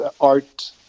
art